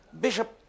Bishop